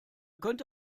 könnte